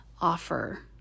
offer